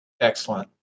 Excellent